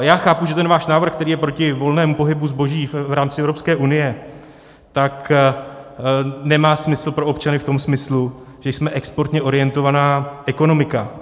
Já chápu, že ten váš návrh, který je proti volnému pohybu zboží v rámci Evropské unie, nemá smysl pro občany v tom smyslu, že jsme exportně orientovaná ekonomika.